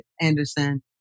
Anderson